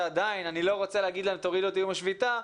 ועדיין אני לא רוצה להגיד להם: תורידו את איום השביתה,